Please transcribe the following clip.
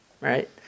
right